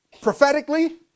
prophetically